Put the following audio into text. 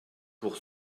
pour